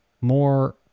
more